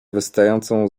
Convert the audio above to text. wystającą